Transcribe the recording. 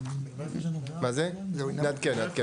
נעדכן.